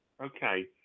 Okay